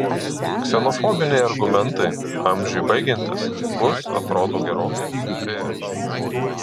ksenofobiniai argumentai amžiui baigiantis bus atrodo gerokai sustiprėję